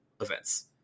events